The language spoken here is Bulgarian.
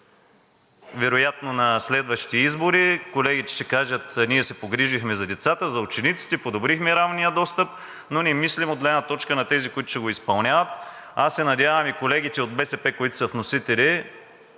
вероятно на следващите избори колегите ще кажат: ние се погрижихме за децата, за учениците, подобрихме равния достъп, но не мислим от гледна точка на тези, които ще го изпълняват. Аз се надявам и колегите от БСП, които са вносители,